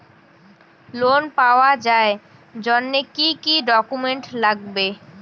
Loan পাওয়ার জন্যে কি কি ডকুমেন্ট লাগবে?